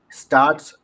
starts